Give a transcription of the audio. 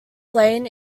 slain